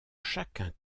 chacun